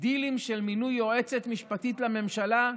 דילים של מינוי יועצת משפטית לממשלה,